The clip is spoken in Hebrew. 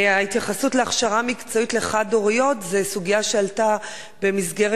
ההתייחסות להכשרה מקצועית לחד-הוריות זו סוגיה שעלתה במסגרת